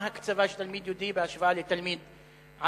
מהי ההקצבה של תלמיד יהודי בהשוואה לתלמיד ערבי?